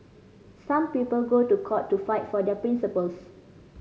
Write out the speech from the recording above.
some people go to court to fight for their principles